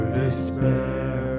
despair